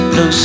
no